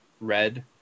red